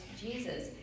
Jesus